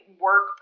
work